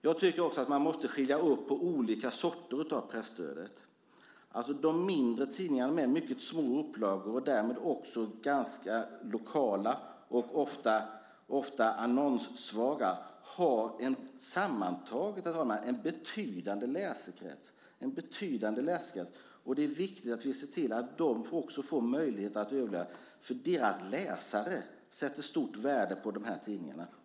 Jag tycker att man måste skilja på olika sorters presstöd. De mindre tidningarna med mycket små upplagor, som därmed också är ganska lokala och ofta annonssvaga, har sammantaget en betydande läsekrets. Det är viktigt att vi ser till att de också får möjlighet att överleva. Deras läsare sätter stort värde på dessa tidningar.